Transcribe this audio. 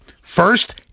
First